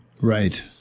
right